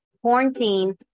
quarantine